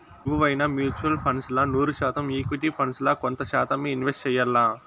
ఎవువైనా mutual funds ల నూరు శాతం ఈక్విటీ ఫండ్స్ ల కొంత శాతమ్మే ఇన్వెస్ట్ చెయ్యాల్ల